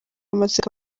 amatsiko